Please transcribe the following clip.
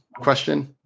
question